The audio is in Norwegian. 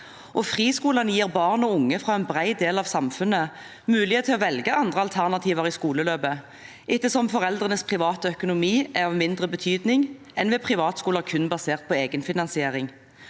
Friskolene gir barn og unge fra en bred del av samfunnet mulighet til å velge andre alternativer i skoleløpet ettersom foreldrenes private økonomi er av mindre betydning enn ved privatskoler kun basert på egenfinansiering.